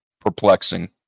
perplexing